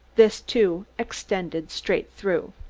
this, too, extended straight through.